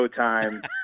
Showtime